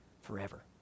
forever